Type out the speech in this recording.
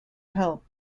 help